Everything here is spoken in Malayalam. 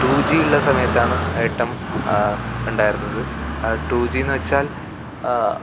ടൂ ജി ഉള്ള സമയത്താണ് ഏട്ടൻ ഉണ്ടായിരുന്നത് ടൂ ജീന്ന് വെച്ചാൽ